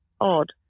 odd